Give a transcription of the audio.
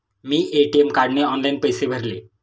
मी ATM कार्डने online पैसे भरले